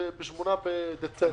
ב-8 בדצמבר.